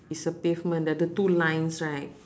it's a pavement the the two lines right